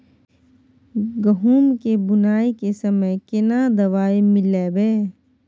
गहूम के बुनाई के समय केना दवाई मिलैबे?